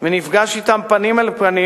ונפגש אתן פנים אל פנים,